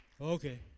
Okay